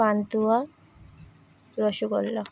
pantua rasgulla